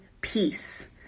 peace